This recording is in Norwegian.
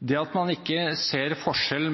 Det at man ikke ser forskjell